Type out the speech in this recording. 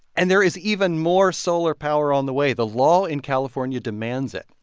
and there is even more solar power on the way. the law in california demands it.